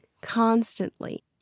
constantly